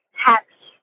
happy